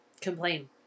complain